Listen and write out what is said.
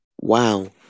Wow